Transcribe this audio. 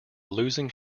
losing